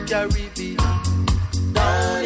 Caribbean